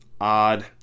odd